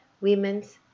women's